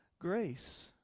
grace